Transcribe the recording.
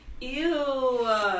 Ew